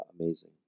amazing